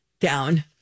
down